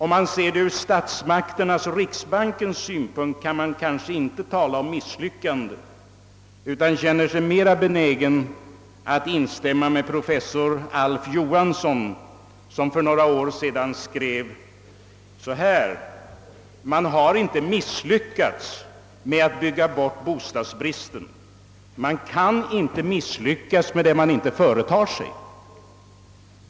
Om man ser det ur statsmakternas och riksbankens synpunkt kan man kanske inte tala om misslyckande utan känner sig mera benägen att instämma med professor Alf Johansson som för några år sedan skrev: »Man har inte misslyckats med att bygga bort bostadsbristen. Man kan inte misslyckas med det man inte företar sig.